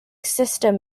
system